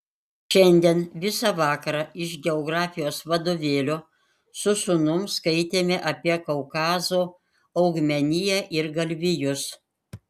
šiandien visą vakarą iš geografijos vadovėlio su sūnum skaitėme apie kaukazo augmeniją ir galvijus